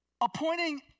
appointing